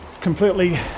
completely